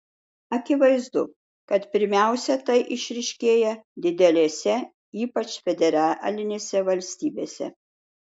akivaizdu kad pirmiausia tai išryškėja didelėse ypač federalinėse valstybėse